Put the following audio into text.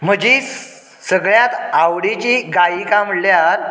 म्हजी सगळ्यांत आवडीची गायिका म्हळ्यार